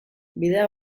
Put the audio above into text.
bidea